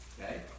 Okay